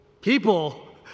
people